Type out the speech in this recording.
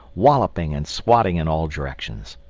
walloping and swatting in all directions.